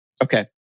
Okay